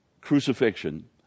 crucifixion